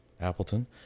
Appleton